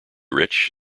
rich